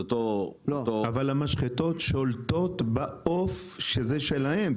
אבל המשחטות שולטות בעוף, שזה שלהם.